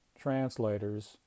translators